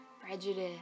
prejudice